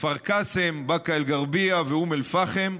כפר קאסם, באקה אל-גרבייה ואום אל-פחם,